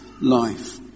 life